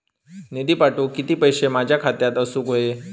निधी पाठवुक किती पैशे माझ्या खात्यात असुक व्हाये?